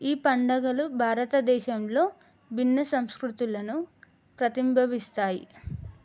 ఈ పండగలు భారతదేశంలో భిన్న సంస్కృతులను ప్రతిబింబిస్తాయి